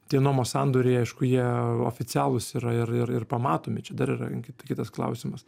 tie nuomos sandoriai aišku jie oficialūs yra ir ir ir pamatomi čia dar yra kitas klausimas